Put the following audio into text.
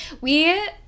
We